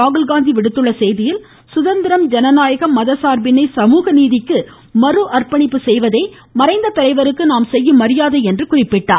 ராகுல்காந்தி விடுத்துள்ள செய்தியில் சுதந்திரம் ஜனநாயகம் மத சார்பின்மை சமூகநீதிக்கு மறு அர்ப்பணிப்பு செய்தவதே மறைந்த தலைவருக்கு நாம் செய்யும் மரியாதை என்று குறிப்பிட்டுள்ளார்